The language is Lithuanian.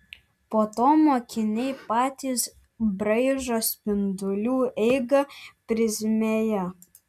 po to mokiniai patys braižo spindulių eigą prizmėje